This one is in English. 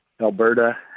Alberta